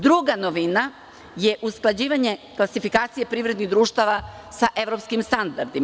Druga novina je usklađivanje klasifikacije privrednih društava sa evropskim standardima.